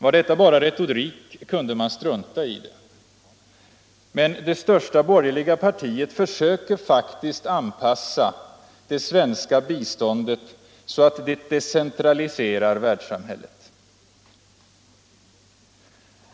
Om detta bara var retorik skulle man kunna strunta i det, men det största borgerliga partiet försöker faktiskt anpassa det svenska biståndet så att det decentraliserar världssamhället.